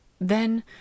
then